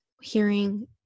hearing